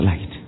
light